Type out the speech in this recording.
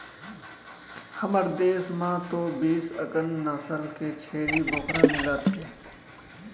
हमर देस म तो बीस अकन नसल के छेरी बोकरा मिलथे